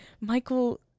Michael